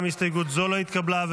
גם הסתייגות זו לא התקבלה.